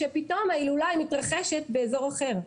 כשפתאום ההילולה מתרחשת באזור אחר.